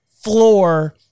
floor